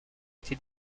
été